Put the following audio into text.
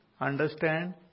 understand